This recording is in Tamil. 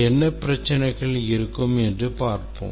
என்ன பிரச்சினைகள் இருக்கும் என்று பார்ப்போம்